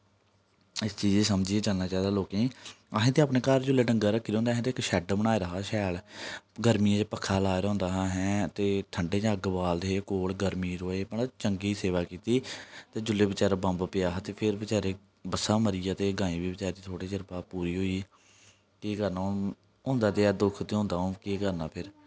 इस चीज गी समझियै चलना चाहिदा लोकें गी असें ते अपने घर डंगर रक्खे दे होंदे ते किश शेड बनाए दा हा शैल गर्मियै च पक्खा लाए दा होंदा असें ते ठंडा च अग्ग बालदे हे कोल गर्मी ई मतलब चंगी सेवा कीती जेल्लै बचारे बम्ब पेआ हा ते फिर बचारे बस्सा मरी गेआ ते गांईं बी बचारी थोह्डे़ चिर बाद पूरी होई केह् करना हून होंदा ते ऐ दुक्ख ते होंदा हून केह् करना फिर